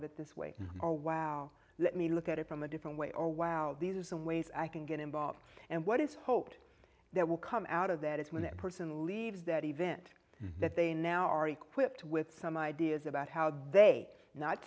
of it this way or wow let me look at it from a different way or wow these are some ways i can get involved and what is hoped that will come out of that is when that person leaves that event that they now are equipped with some ideas about how they not